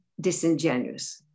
disingenuous